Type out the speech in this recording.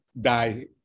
die